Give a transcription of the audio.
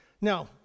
Now